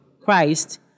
Christ